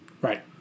Right